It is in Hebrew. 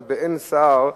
אבל באין שר,